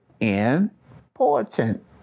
important